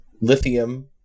lithium